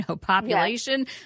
population